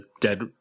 dead